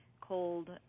cold